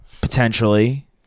potentially